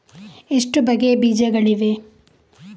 ಎಷ್ಟು ಬಗೆಯ ಬೀಜಗಳಿವೆ?